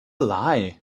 lie